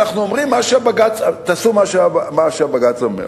תעשו מה שהבג"ץ אומר.